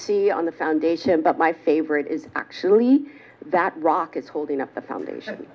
see on the foundation but my favorite is actually that rock is holding up the foundation